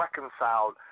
reconciled